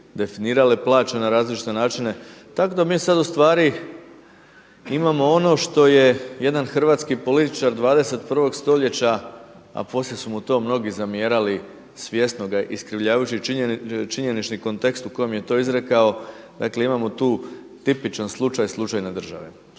definirale plaće na različite načine. Tako da mi sada ustvari imamo ono što je jedan hrvatski političar 21. stoljeća a poslije su mu to mnogi zamjerali, svjesno ga iskrivljavajući činjenični kontekst u kojem je to izrekao, dakle imamo tu tipičan slučaj, slučajne države.